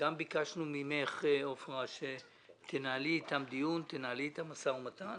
גם ביקשנו ממך עפרה שתנהלי איתם דיון, משא ומתן,